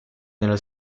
nello